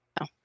No